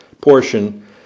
portion